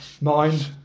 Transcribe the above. mind